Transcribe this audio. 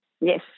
Yes